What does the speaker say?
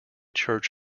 church